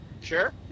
Sure